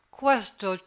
questo